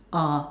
oh